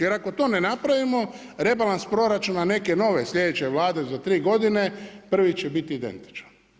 Jer ako to ne napravimo, rebalans proračuna neke nove sljedeće Vlade za 3 godine, prvi će biti identičan.